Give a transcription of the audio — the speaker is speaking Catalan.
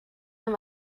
amb